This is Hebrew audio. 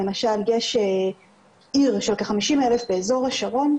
יש עיר של כ-50,000 איש באזור השרון,